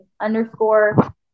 underscore